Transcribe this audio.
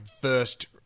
first